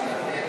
בקימה.